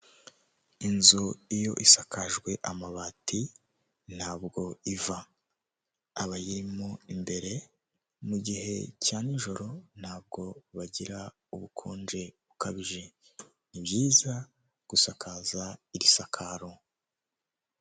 Inzu iyo isakajwe amabati ntabwo iva, abayirimo imbere mu gihe cya n'ijoro ntabwo bagira ubukonje bukabije, ni byiza gusakaza iri sakaro.